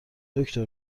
دکتر